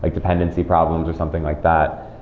like dependency problems or something like that,